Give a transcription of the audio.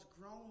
grown